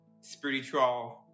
spiritual